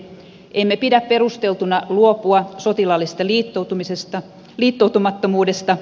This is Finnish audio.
emme pidä perusteltuna luopua sotilaallisesta liittoutumattomuudesta